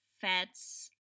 fats